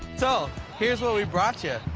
so here's what we brought you.